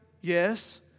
Yes